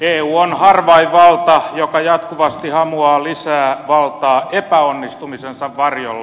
eu on harvainvalta joka jatkuvasti hamuaa lisää valtaa epäonnistumisensa varjolla